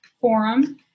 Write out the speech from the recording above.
forum